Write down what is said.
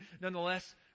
nonetheless